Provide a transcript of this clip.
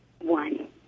One